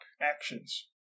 actions